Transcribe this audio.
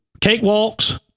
cakewalks